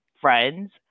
friends